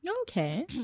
Okay